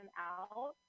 out